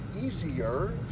easier